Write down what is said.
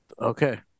Okay